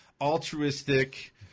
altruistic